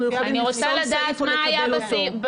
אנחנו יכולים לפסול סעיף או לקבל אותו.